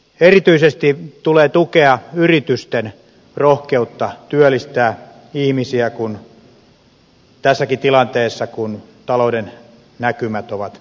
erityisesti tulee tukea yritysten rohkeutta työllistää ihmisiä tässäkin tilanteessa kun talouden näkymät ovat heikot